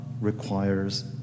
requires